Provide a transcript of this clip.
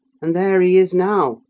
and there he is now,